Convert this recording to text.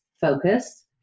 focus